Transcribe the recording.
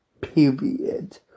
Period